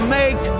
make